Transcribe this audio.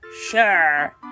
Sure